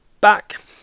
back